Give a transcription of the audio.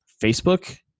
Facebook